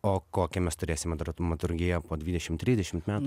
o kokią mes turėsim dramaturgiją po dvidešim trisdešimt metų